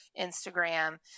Instagram